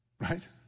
right